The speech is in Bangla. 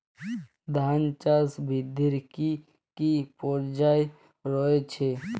ধান চাষ বৃদ্ধির কী কী পর্যায় রয়েছে?